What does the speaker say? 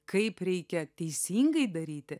kaip reikia teisingai daryti